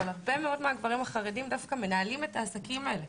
אבל הרבה מאוד מהגברים החרדים דווקא מנהלים את העסקים האלה,